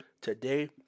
today